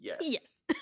yes